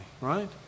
right